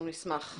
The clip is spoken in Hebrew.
אנחנו נשמח.